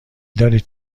دارید